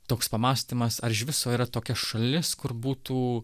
toks pamąstymas ar iš viso yra tokia šalis kur būtų